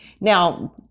Now